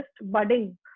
budding